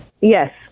Yes